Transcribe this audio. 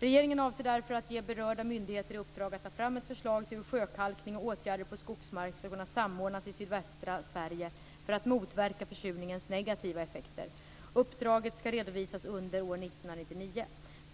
Regeringen avser därför att ge berörda myndigheter i uppdrag att ta fram ett förslag till hur sjökalkning och åtgärder på skogsmark skall kunna samordnas i sydvästra Sverige för att motverka försurningens negativa effekter. Uppdraget skall redovisas under år 1999.